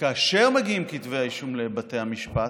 וכאשר מגיעים כתבי האישום לבתי המשפט,